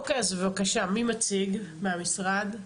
אוקי, אז בבקשה, מי מציג מהמשרד?